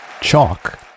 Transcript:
chalk